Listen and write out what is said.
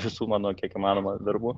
visų mano kiek įmanoma darbų